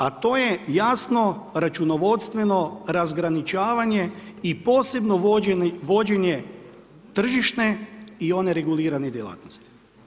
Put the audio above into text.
A to je jasno računovodstveno razgraničavanje i posebno vođenje tržišne i one regulirane djelatnosti.